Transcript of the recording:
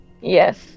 Yes